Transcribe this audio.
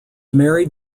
married